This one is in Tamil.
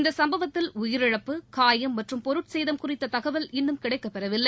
இச்சும்பவத்தில் உயிரிழப்பு காயம் மற்றும் பொருட்சேதம் குறித்த தகவல் இன்னும் கிடைக்கப்பெறவில்லை